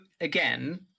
again